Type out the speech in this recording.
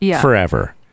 forever